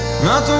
not